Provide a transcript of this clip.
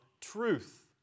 truth